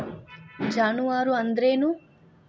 ಜಾನುವಾರು ಅಂದ್ರೇನು?